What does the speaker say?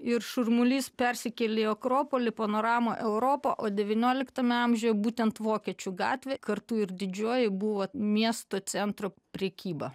ir šurmulys persikėlė į akropolį panoramą europą o devynioliktame amžiuje būtent vokiečių gatvė kartu ir didžioji buvo miesto centro prekyba